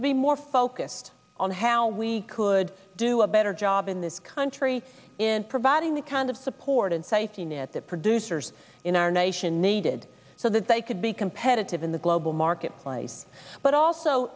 to be more focused on how we could do a better job in this country in providing the kind of support and safety net the producers in our nation needed so that they could be competitive in the global marketplace but also